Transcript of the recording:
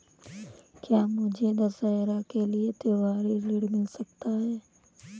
क्या मुझे दशहरा के लिए त्योहारी ऋण मिल सकता है?